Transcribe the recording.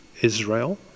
Israel